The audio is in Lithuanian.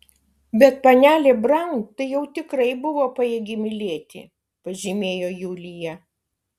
bet panelė braun tai jau tikrai buvo pajėgi mylėti pažymėjo julija